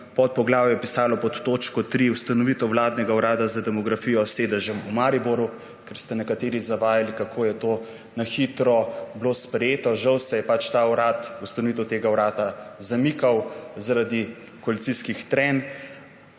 podpoglavju je pisalo pod točko 3 Ustanovitev vladnega urada za demografijo s sedežem v Mariboru, ker ste nekateri zavajali, kako je bilo to na hitro sprejeto. Žal se je ustanovitev tega urada zamikala zaradi koalicijskih trenj